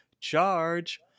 charge